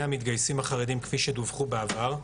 המתגייסים החרדים כפי שדיווחו בעבר,